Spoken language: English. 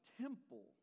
temple